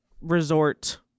resort